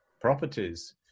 properties